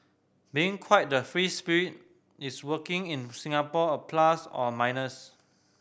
being quite the free spirit is working in Singapore a plus or a minus